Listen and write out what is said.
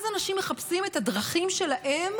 אז אנשים מחפשים את הדרכים שלהם